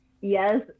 Yes